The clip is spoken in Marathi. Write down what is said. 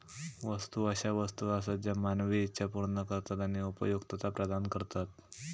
वस्तू अशा वस्तू आसत ज्या मानवी इच्छा पूर्ण करतत आणि उपयुक्तता प्रदान करतत